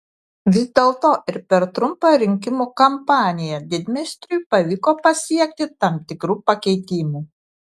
vis dėlto ir per trumpą rinkimų kampaniją didmeistriui pavyko pasiekti tam tikrų pakeitimų